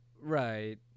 Right